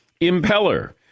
impeller